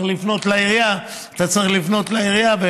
אתה צריך לפנות לעירייה,